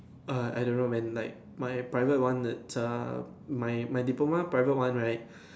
err I don't know man like my private one its err my my diploma private one right